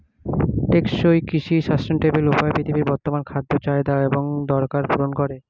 টেকসই কৃষি সাস্টেইনেবল উপায়ে পৃথিবীর বর্তমান খাদ্য চাহিদা এবং দরকার পূরণ করে